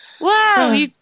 Wow